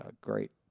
great